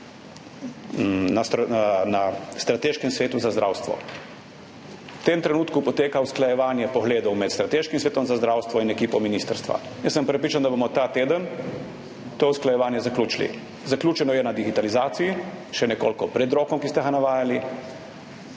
na Strateškem svetu za zdravstvo. V tem trenutku poteka usklajevanje pogledov med Strateškim svetom za zdravstvo in ekipo ministrstva. Jaz sem prepričan, da bomo ta teden to usklajevanje zaključili. Zaključeno je glede digitalizacije, še nekoliko pred rokom, ki ste ga navajali.